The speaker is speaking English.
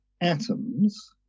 atoms